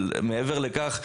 אבל מעבר לכך,